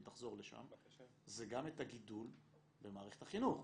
תחזור לשם זה גם הגידול במערכת החינוך,